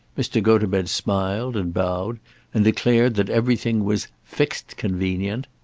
mr. gotobed smiled and bowed and declared that everything was fixed convenient.